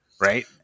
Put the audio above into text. Right